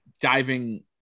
diving